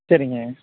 சரிங்க